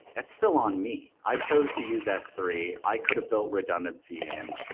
it's still on me. i chose to use s three. i could've built redundancy in.